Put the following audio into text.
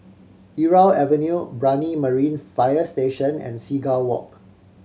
Irau Avenue Brani Marine Fire Station and Seagull Walk